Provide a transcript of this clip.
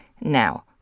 Now